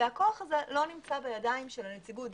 והכוח הזה לא נמצא בידי הנציבות.